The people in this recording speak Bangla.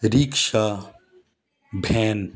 rickshaw van